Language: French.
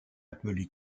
appelé